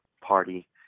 Party